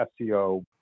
SEO